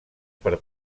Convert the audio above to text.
per